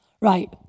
Right